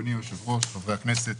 אדוני היושב-ראש, חברי הכנסת.